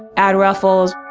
add ruffles,